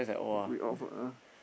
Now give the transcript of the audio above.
read off ah